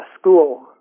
school